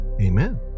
Amen